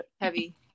Heavy